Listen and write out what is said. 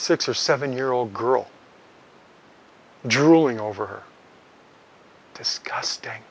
six or seven year old girl drooling over her disgusting